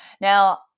now